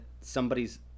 somebody's –